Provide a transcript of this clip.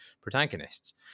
protagonists